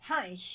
Hi